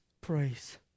praise